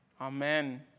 Amen